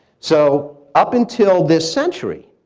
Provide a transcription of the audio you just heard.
so, up until this century,